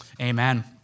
amen